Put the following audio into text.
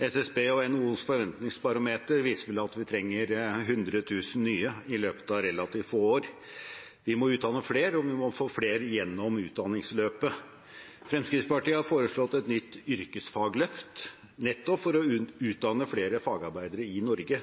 SSB og NHOs forventningsbarometer viser at vi trenger 100 000 nye i løpet av relativt få år. Vi må utdanne flere, og vi må få flere gjennom utdanningsløpet. Fremskrittspartiet har foreslått et nytt yrkesfagløft nettopp for å utdanne flere fagarbeidere i Norge.